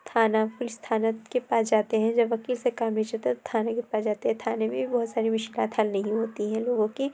تھانہ پولیس تھانہ کے پاس جاتے ہیں جب وکیل سے کام نہیں چلتا تو تھانے کے پاس جاتے ہیں تھانے میں بھی بہت ساری بھی مشکلات حل نہیں ہوتی ہیں لوگوں کی